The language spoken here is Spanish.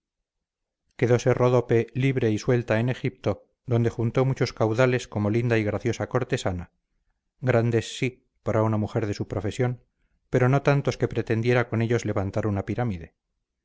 quedóse ródope libre y suelta en egipto donde juntó muchos caudales como linda y graciosa cortesana grandes sí para una mujer de su profesión pero no tantos que pretendiera con ellos levantar una pirámide